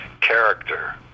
character